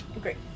Great